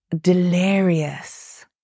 delirious